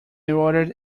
ordered